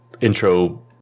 intro